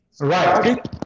Right